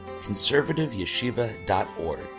conservativeyeshiva.org